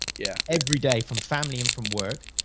yeah every day from family and from work.